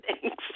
thanks